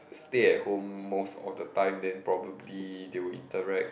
stay at home most of the time then probably they will interact